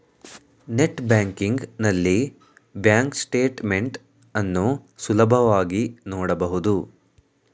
net banking ನಲ್ಲಿ bank statement ಅನ್ನು ಸುಲಭವಾಗಿ ನೋಡಬಹುದು